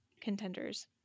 contenders